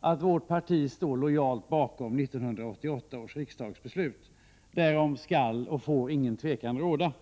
att vårt parti lojalt ställer sig bakom 1988 års riksdagsbeslut. Därom skall och får ingen tvekan råda.